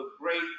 great